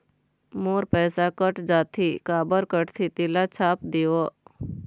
मोर पैसा कट जाथे काबर कटथे तेला छाप देव?